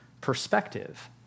perspective